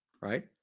right